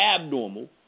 abnormal